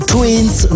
Twins